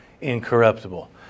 incorruptible